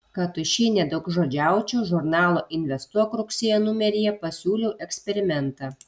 kad tuščiai nedaugžodžiaučiau žurnalo investuok rugsėjo numeryje pasiūliau eksperimentą